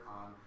on